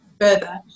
further